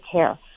care